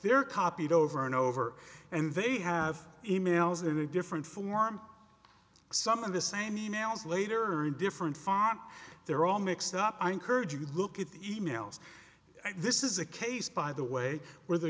their copied over and over and they have e mails in a different form some of the same e mails later in different font they're all mixed up i encourage you to look at the e mails this is a case by the way where the